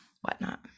whatnot